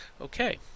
Okay